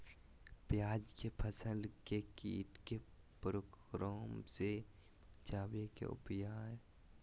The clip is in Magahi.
प्याज के फसल के कीट के प्रकोप से बचावे के उपाय?